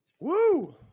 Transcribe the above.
Woo